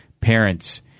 Parents